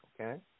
Okay